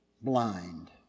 blind